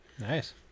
Nice